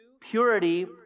purity